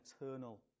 eternal